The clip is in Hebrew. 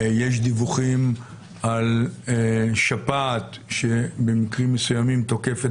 יש דיווחים על שפעת שבמקרים מסוימים תוקפת